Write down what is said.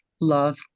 love